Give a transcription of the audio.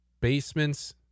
basements